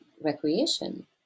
recreation